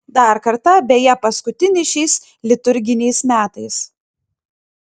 dar kartą beje paskutinį šiais liturginiais metais